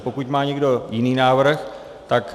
Pokud má někdo jiný návrh, tak...